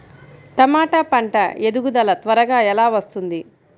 టమాట పంట ఎదుగుదల త్వరగా ఎలా వస్తుంది?